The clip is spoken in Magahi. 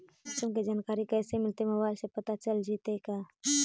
मौसम के जानकारी कैसे मिलतै मोबाईल से पता चल जितै का?